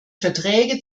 verträge